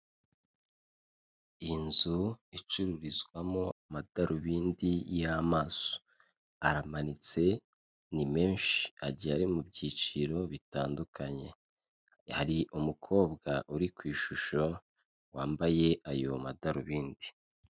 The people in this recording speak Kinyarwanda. Inzu icururizwamo amadarubindi y'amaso. Aramanitse ni menshi agiye ari mu byiciro bitandukanye, hari umukobwa uri ku ishusho wambaye ayo madarubindi.